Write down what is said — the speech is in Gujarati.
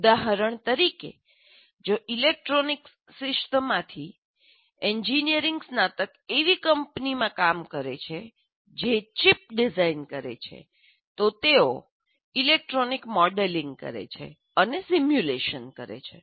ઉદાહરણ તરીકે જો ઇલેક્ટ્રોનિક્સ શિસ્તમાંથી એન્જીનિયરિંગ સ્નાતક એવી કંપનીમાં કામ કરે છે જે chip IC integrated circuit design કરે છે તો તેઓ ઇલેક્ટ્રોનિક મોડેલિંગ કરે છે આ દિવસોમાં બ્રેડબોર્ડિંગ જેવું કંઈ નથી અને સિમ્યુલેશન કરે છે